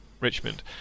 Richmond